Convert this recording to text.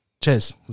Cheers